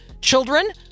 children